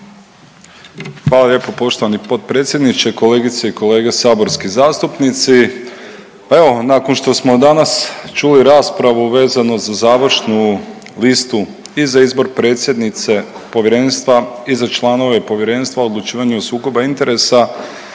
Hvala lijepo poštovani potpredsjedniče. Kolegice i kolege saborski zastupnici. Pa evo nakon što smo danas čuli raspravu vezano za završnu listu i za izbor predsjednice Povjerenstva i za članove Povjerenstva o odlučivanju sukoba interesa